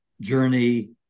journey